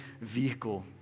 vehicle